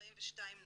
42 נשים,